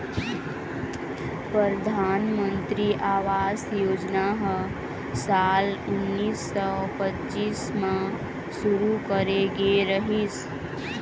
परधानमंतरी आवास योजना ह साल उन्नीस सौ पच्चाइस म शुरू करे गे रिहिस हे